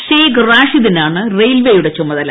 shake റാഷിദിനാണ് റെയിൽമയുടെ ചുമതല